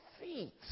feet